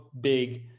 big